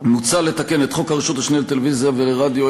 מוצע לתקן את חוק הרשות השנייה לטלוויזיה ורדיו,